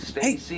hey